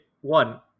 one